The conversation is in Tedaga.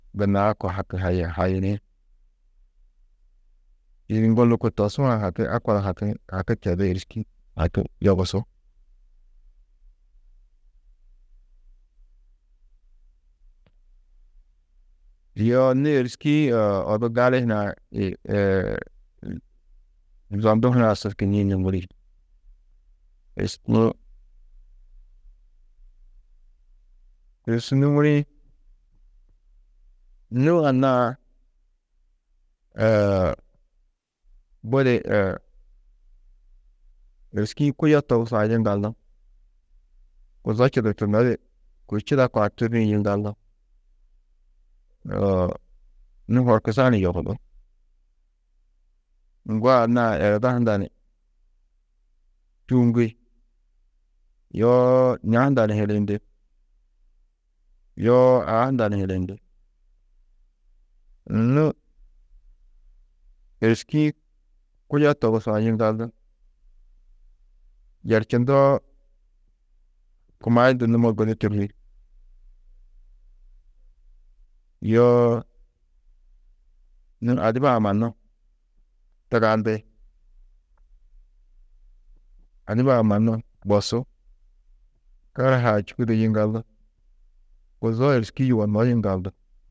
Gunna haki hayi hayini čîidi ŋgo lôko tosuã haki a kor haki, haki tedú, êriski haki yogusú, yoo nû êriski-ī odu gali hunã (zondu hunā su kînniī nûŋuri, êriski-ĩ yunu su nûŋurĩ, nû anna-ā budi êriski-ĩ kuyo togusã yiŋgaldu kuzo čudurtunodi kôi čidakã tûrrĩ yiŋgaldu nû horkusa ni yohudú, ŋgo anna-ã ereda hunda ni čûuŋgi, yoo ña hunda ni hiliyindi, yoo aa hunda ni hiliyindi, nû êriski-ĩ kuyo togusã yiŋgaldu yerčundoo kumayundu numo gudi tûrri, yoo nû adiba-ã mannu tigandi, adiba-ã mannu bosú, karahaa čûkudo yiŋgaldu, kuzo êriski yugonnó yiŋgaldu.